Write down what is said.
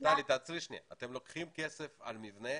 אתם לוקחים כסף על מבנה,